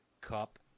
Cup